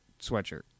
sweatshirt